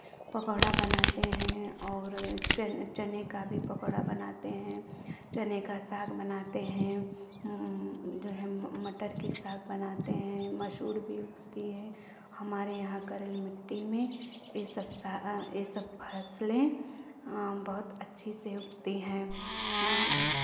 पकौड़ा बनाते हैं और चन् चने का भी पकौड़ा बनाते हैं चने का साग बनाते हैं जो है मटर की साग बनाते हैं मसूर भी उगती है हमारे यहां करेल मिट्टी में ये सब ये सब फसलें बहुत अच्छी से उगती हैं